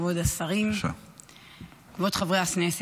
כבוד השרים, כבוד חברי הכנסת,